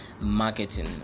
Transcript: marketing